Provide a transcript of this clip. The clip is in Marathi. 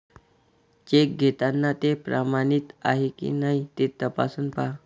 चेक घेताना ते प्रमाणित आहे की नाही ते तपासून पाहा